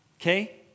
Okay